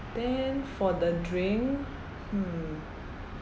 then for the drink hmm